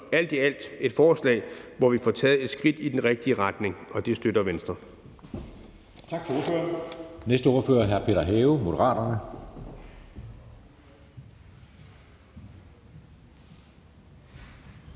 alt er det et forslag, hvor vi får taget et skridt i den rigtige retning – og det støtter Venstre.